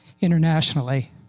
internationally